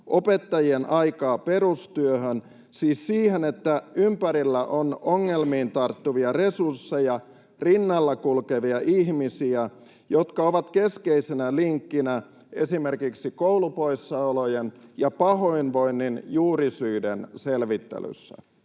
opettajien aikaa perustyöhön, siis siihen, että ympärillä on ongelmiin tarttuvia resursseja, rinnalla kulkevia ihmisiä, jotka ovat keskeisenä linkkinä esimerkiksi koulupoissaolojen ja pahoinvoinnin juurisyiden selvittelyssä?